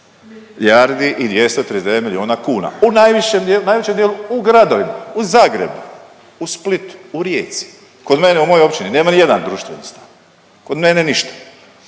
milijardi i 239 miliona kuna u najvišem, u najvećem dijelu u gradovima u Zagrebu, u Splitu, u Rijeci. Kod mene u mojoj općini nema ni jedan društveni stan, kod mene ništa,